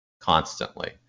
constantly